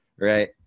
Right